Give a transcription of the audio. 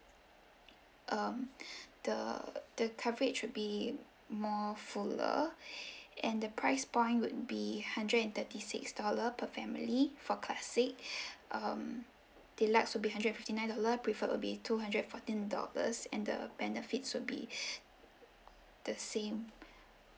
um the the coverage would be more fuller and the price point would be hundred and thirty six dollar per family for classic um deluxe would be hundred and fifty nine dollar preferred would be two hundred and fourteen dollars and the benefits would be the same